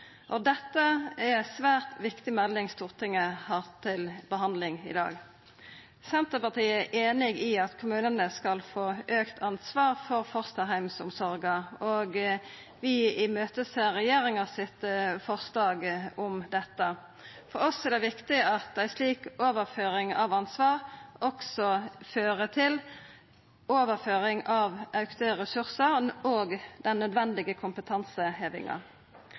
om dette. For oss er det viktig at ei slik overføring av ansvar fører til overføring av auka ressursar og òg til den nødvendige kompetansehevinga.